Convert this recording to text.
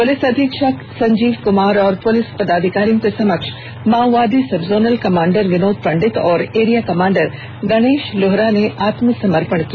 police अधीक्षक संजीव कुमार और police पदाधिकारियों के समक्ष माओवादी संबजोनल कमांडर विनोद पंडित और एरिया कमांडर गणेश लोहरा ने आत्मसमर्पण किया